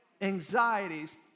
anxieties